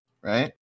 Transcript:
right